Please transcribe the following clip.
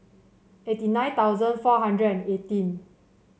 eighty nine thousand four hundred and eighteen